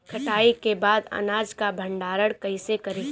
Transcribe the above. कटाई के बाद अनाज का भंडारण कईसे करीं?